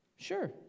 Sure